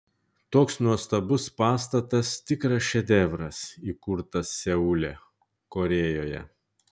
toks nuostabus pastatas tikras šedevras įkurtas seule korėjoje